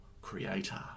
creator